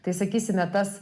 tai sakysime tas